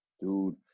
dude